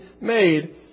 made